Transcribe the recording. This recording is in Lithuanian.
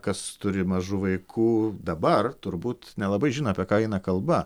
kas turi mažų vaikų dabar turbūt nelabai žino apie ką eina kalba